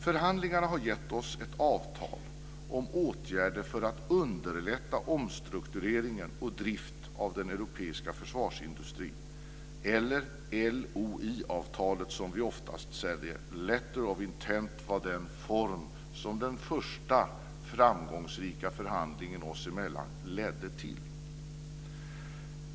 Förhandlingarna har gett oss ett avtal om åtgärder för att underlätta omstrukturering och drift av den europeiska försvarsindustrin, eller LOI avtalet, som vi oftast säger. Letter of Intent var den form som den första framgångsrika förhandlingen oss emellan ledde till.